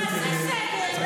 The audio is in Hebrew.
תעשה סדר.